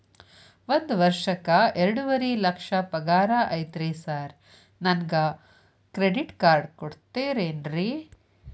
ಒಂದ್ ವರ್ಷಕ್ಕ ಎರಡುವರಿ ಲಕ್ಷ ಪಗಾರ ಐತ್ರಿ ಸಾರ್ ನನ್ಗ ಕ್ರೆಡಿಟ್ ಕಾರ್ಡ್ ಕೊಡ್ತೇರೆನ್ರಿ?